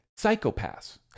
Psychopaths